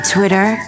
Twitter